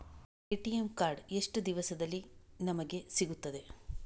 ATM card ಎಷ್ಟು ದಿವಸದಲ್ಲಿ ನಮಗೆ ಸಿಗುತ್ತದೆ?